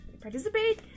participate